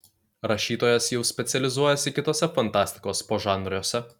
rašytojas jau specializuojasi kituose fantastikos požanriuose